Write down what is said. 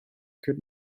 could